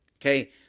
okay